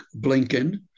Blinken